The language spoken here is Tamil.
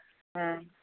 ஆ